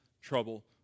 trouble